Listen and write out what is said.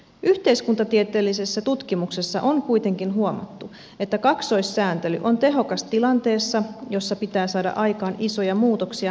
yhteiskuntatieteellisessä tutkimuksessa on kuitenkin huomattu että kaksoissääntely on tehokas tilanteessa jossa pitää saada aikaan isoja muutoksia nopeasti